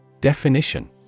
Definition